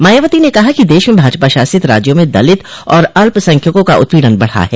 मायावती ने कहा कि देश में भाजपा शासित राज्यों में दलित और अल्पसंख्यकों का उत्पीड़न बढ़ा है